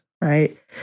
right